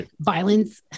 violence